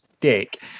dick